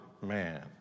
man